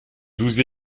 douze